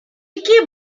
iki